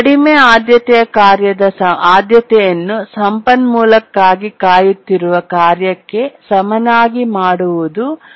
ಕಡಿಮೆ ಆದ್ಯತೆಯ ಕಾರ್ಯದ ಆದ್ಯತೆಯನ್ನು ಸಂಪನ್ಮೂಲಕ್ಕಾಗಿ ಕಾಯುತ್ತಿರುವ ಕಾರ್ಯಕ್ಕೆ ಸಮನಾಗಿ ಮಾಡುವುದು ಉತ್ತರ